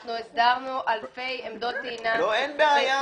כי אנחנו הסדרנו אלפי עמדות טעינה בסופרפארם,